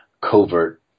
covert